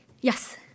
Yes